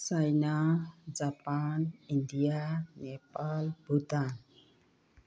China Japan India Nepal Bhutan